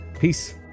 Peace